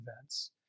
events